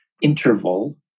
interval